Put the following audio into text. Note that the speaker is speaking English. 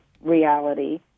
reality